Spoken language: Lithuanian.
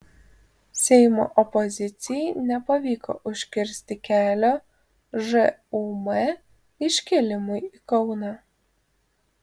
seimo opozicijai nepavyko užkirsti kelio žūm iškėlimui į kauną